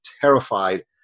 terrified